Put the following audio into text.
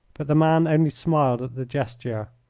but the man only smiled at the gesture.